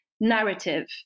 narrative